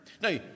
Now